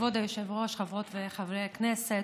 כבוד היושב-ראש, חברות וחברי הכנסת,